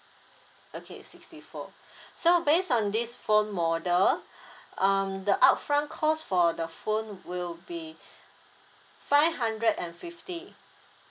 okay sixty four so based on this phone model um the upfront cost for the phone will be five hundred and fifty